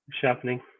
sharpening